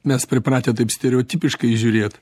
mes pripratę taip stereotipiškai žiūrėt